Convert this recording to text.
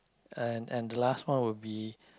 and and the last one would be